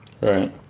Right